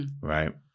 Right